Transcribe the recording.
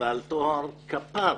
ועל טוהר כפיו,